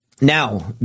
Now